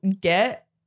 get